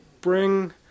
bring